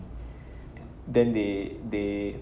then they they